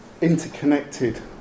interconnected